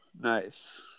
Nice